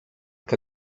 que